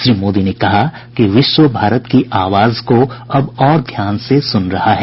श्री मोदी ने कहा कि विश्व भारत की आवाज को अब और ध्यान से सुन रहा है